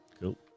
Cool